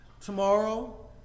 tomorrow